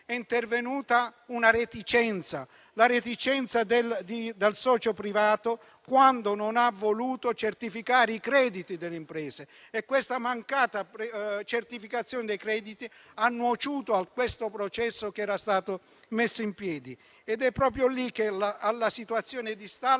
è intervenuta la reticenza del socio privato quando non ha voluto certificare i crediti delle imprese. Questa mancata certificazione dei crediti ha nuociuto al processo che era stato messo in piedi. Alla situazione di stallo,